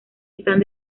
están